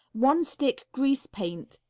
one stick grease paint,